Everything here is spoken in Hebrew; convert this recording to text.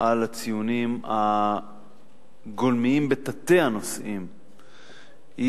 מדווחת על הציונים הגולמיים בתתי-הנושאים היא